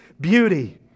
beauty